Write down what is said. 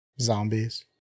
zombies